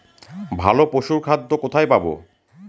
ভালো পশুর খাদ্য কোথায় পাবো?